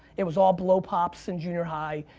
it was all blow pops in junior high.